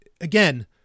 again